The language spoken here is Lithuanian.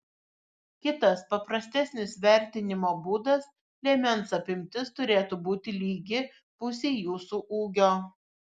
kitas paprastesnis vertinimo būdas liemens apimtis turėtų būti lygi pusei jūsų ūgio